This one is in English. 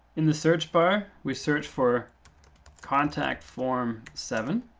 in the search bar, we search for contact form seven.